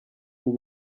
will